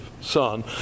Son